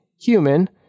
human